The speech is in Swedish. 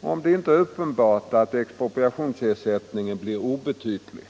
om det inte är uppenbart att expropriationsersättningen blir obetydlig.